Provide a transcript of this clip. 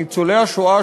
ניצולי השואה,